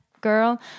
girl